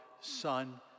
Son